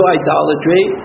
idolatry